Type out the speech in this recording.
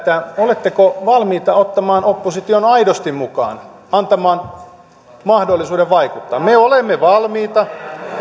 oletteko valmiita ottamaan opposition aidosti mukaan antamaan mahdollisuuden vaikuttaa me olemme valmiita